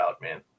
man